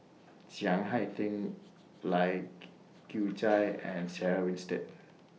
Chiang Hai Ding Lai Kew Chai and Sarah Winstedt